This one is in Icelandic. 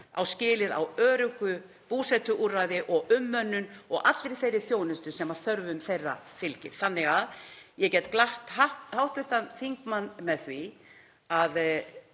á skilið öruggt búsetuúrræði og umönnun og alla þá þjónustu sem þörfum þeirra fylgir. Þannig að ég get glatt hv. þingmann með því að